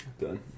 Done